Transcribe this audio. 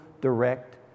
direct